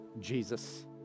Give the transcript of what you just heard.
Jesus